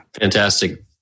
Fantastic